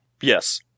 Yes